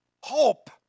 hope